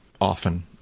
often